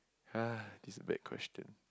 this a bad question